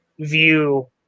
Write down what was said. view